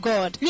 God